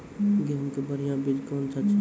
गेहूँ के बढ़िया बीज कौन छ?